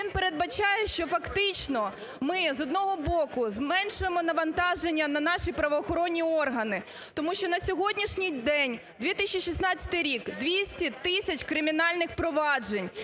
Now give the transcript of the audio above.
Він передбачає, що фактично ми з одного боку зменшимо навантаження на наші правоохоронні органи. Тому що на сьогоднішній день 2016 рік 200 тисяч кримінальних проваджень,